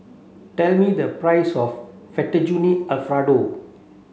tell me the price of Fettuccine Alfredo